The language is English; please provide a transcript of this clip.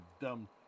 dumb